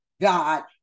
God